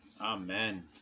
Amen